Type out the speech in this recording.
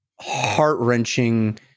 heart-wrenching